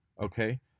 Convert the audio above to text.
okay